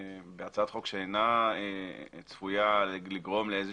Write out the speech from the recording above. בהצעת חוק שאינה צפויה לגרום לאיזה